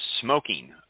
smoking